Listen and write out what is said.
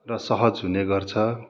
र सहज हुनेगर्छ